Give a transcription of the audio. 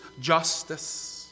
justice